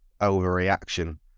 overreaction